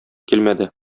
килмәде